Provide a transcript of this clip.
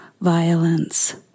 violence